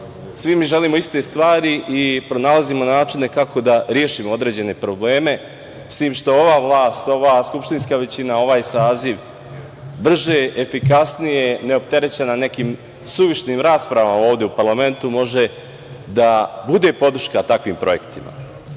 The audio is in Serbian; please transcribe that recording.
mi želimo iste stvari i pronalazimo načine kako da rešimo određene probleme, s tim što ova vlast, ova skupštinska većina, ovaj saziv brže, efikasnije, neopterećena nekim suvišnim raspravama ovde u parlamentu može da bude podrška takvim projektima. Mi